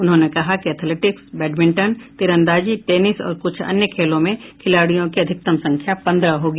उन्होंने कहा कि एथलेटिक्स बैडमिंटन तीरंदाजी टेनिस और कुछ अन्य खेलों में खिलाड़ियों की अधिकतम संख्या पन्द्रह होगी